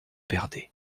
perdait